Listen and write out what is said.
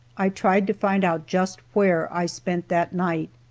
i tried to find out just where i spent that night.